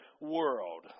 world